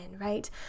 right